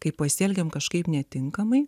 kai pasielgiame kažkaip netinkamai